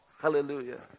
hallelujah